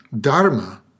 Dharma